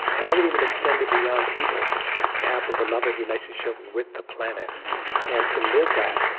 and i would even extend it beyond people to have a beloved relationship with the planet and to live that,